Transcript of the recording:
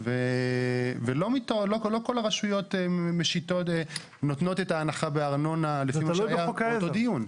ולא כל הרשויות נותנות את ההנחה בארנונה לפי מה שהיה באותו דיון.